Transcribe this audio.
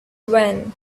wayne